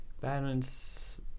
balance